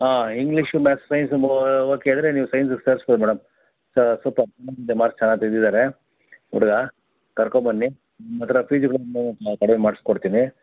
ಹಾಂ English maths science okay ಆದರೆ ನೀವು ಸೈನ್ಸಿಗೆ ಸೇರ್ಸ್ಬೋದು ಮೇಡಮ್ ಸ ಸ್ವಲ್ಪ ಮಾರ್ಕ್ಸ್ ಚೆನ್ನಾಗಿ ತೆಗೆದಿದ್ದಾರೆ ಹುಡುಗ ಕರ್ಕೋಬನ್ನಿ ಮತ್ತೆ ಫೀಸ್ ಕಡಿಮೆ ಮಾಡಿಸಿಕೊಡ್ತೀನಿ